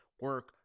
Work